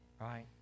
right